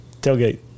tailgate